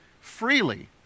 freely